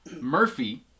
Murphy